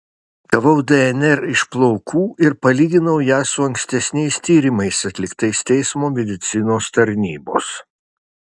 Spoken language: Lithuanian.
gavau dnr iš plaukų ir palyginau ją su ankstesniais tyrimais atliktais teismo medicinos tarnybos